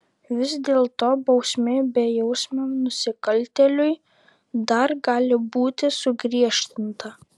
vis dėlto bausmė bejausmiam nusikaltėliui dar gali būti sugriežtinta